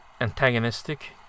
antagonistic